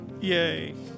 Yay